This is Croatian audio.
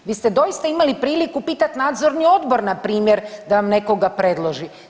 Vi ste doista imali priliku pitati Nadzorni odbor npr. da vam nekoga predloži.